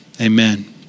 Amen